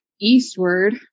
eastward